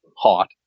hot